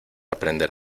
aprender